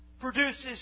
produces